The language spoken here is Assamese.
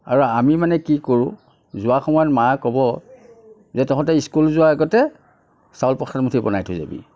আৰু আমি মানে কি কৰোঁ যোৱাৰ সময়ত মায়ে ক'ব যে তহঁতে স্কুল যোৱাৰ আগতে চাউল প্ৰসাদমুঠি বনাই থৈ যাবি